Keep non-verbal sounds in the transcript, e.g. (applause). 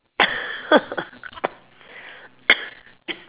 (coughs)